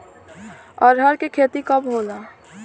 अरहर के खेती कब होला?